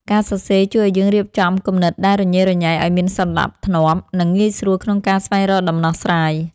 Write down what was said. ការសរសេរជួយឱ្យយើងរៀបចំគំនិតដែលរញ៉េរញ៉ៃឱ្យមានសណ្ដាប់ធ្នាប់ និងងាយស្រួលក្នុងការស្វែងរកដំណោះស្រាយ។